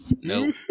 No